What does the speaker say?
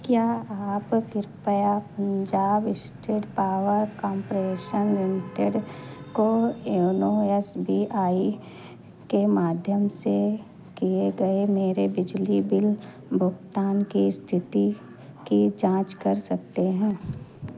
क्या आप कृपया Punjab state power corporation limited को योनो एस बी आई के माध्यम से किए गए मेरे बिजली बिल भुगतान की स्थिति की जाँच कर सकते हैं